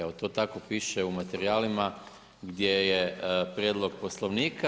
Eto to tako piše u materijalima gdje je Prijedlog Poslovnika.